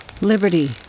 Liberty